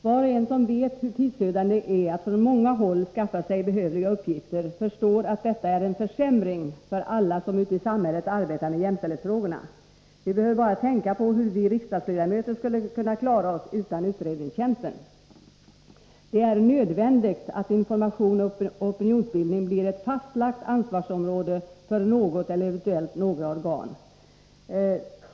Var och en som vet hur tidsödande det är att från många håll skaffa sig behövliga uppgifter förstår att detta är en försämring för alla som ute i samhället arbetar med jämställdhetsfrågorna. Vi behöver bara tänka på hur vi riksdagsledamöter skulle klara oss utan utredningstjänsten. Det är nödvändigt att information och opinionsbildning blir ett fastlagt ansvarsområde för något eller eventuellt några organ.